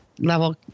Level